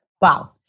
wow